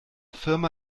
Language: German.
firma